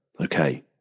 Okay